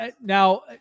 Now